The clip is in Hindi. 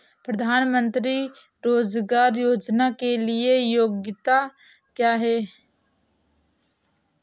प्रधानमंत्री रोज़गार योजना के लिए योग्यता क्या है?